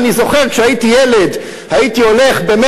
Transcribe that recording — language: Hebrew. גם אם